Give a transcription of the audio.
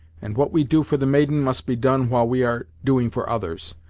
and what we do for the maiden must be done while we are doing for others.